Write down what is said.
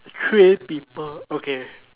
three people okay